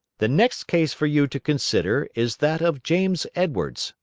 the next case for you to consider is that of james edwards,